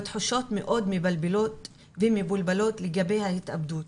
בתחושות מאוד מבלבלות ומבולבלות לגבי ההתאבדות.